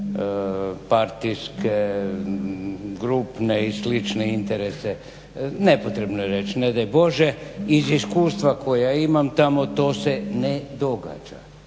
partijske grupne i slične interese nepotrebno je reći. Ne daj Bože iz iskustva koja imam tamo to se ne događa.